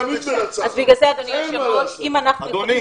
אדוני,